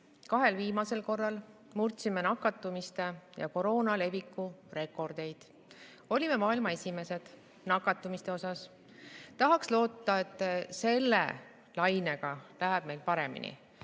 Kahel viimasel korral murdsime nakatumise ja koroona leviku rekordeid. Olime maailma esimesed nakatumise osas. Tahaks loota, et selle lainega läheb meil paremini,